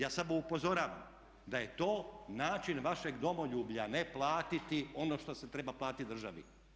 Ja samo upozoravam da je to način vašeg domoljublja ne platiti ono što se treba platiti državi.